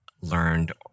learned